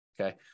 okay